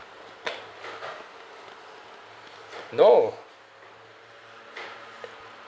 no